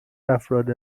افراد